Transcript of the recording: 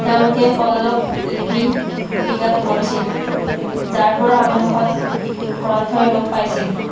তেওঁলোকে পল্লৱ লিপি বিকাশ কৰিছিল যাৰ পৰা অৱশেষত গ্ৰন্থই ৰূপ পাইছিল